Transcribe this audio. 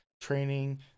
Training